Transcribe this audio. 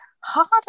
harder